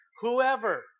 whoever